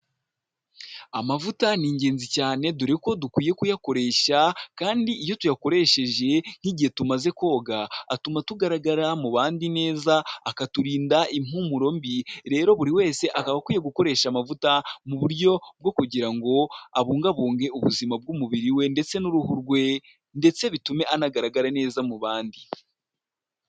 Amavuta ni ingenzi cyane dore ko dukwiye kuyakoresha kandi iyo tuyakoresheje nk'igihe tumaze koga atuma tugaragara mu bandi neza, akaturinda impumuro mbi, rero buri wese akaba akwiye gukoresha amavuta mu buryo bwo kugira ngo abungabunge ubuzima bw'umubiri we ndetse n'uruhu rwe ndetse bitume anagaragara neza mu bandi.